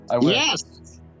Yes